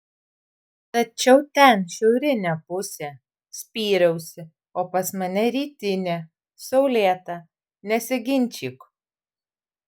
tačiau ten šiaurinė pusė spyriausi o pas mane rytinė saulėta nesiginčyk